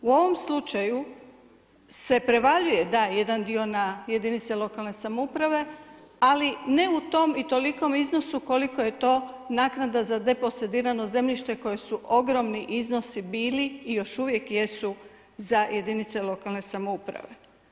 U ovom slučaju se prevaljuje da jedan dio na jedinice lokalne samouprave ali ne u tom i tolikom iznosu koliko je to naknada za deposedirano zemljište koje su ogromni iznosi bili i još uvijek jesu za jedinice lokalne samouprave.